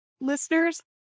listeners